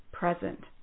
present